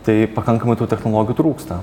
tai pakankamai tų technologijų trūksta